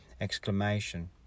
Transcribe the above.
exclamation